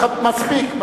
מספיק.